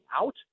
out